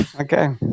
Okay